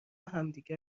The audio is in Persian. همدیگه